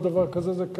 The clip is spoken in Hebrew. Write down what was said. כל דבר כזה זה כסף.